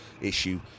issue